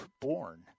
born